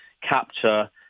capture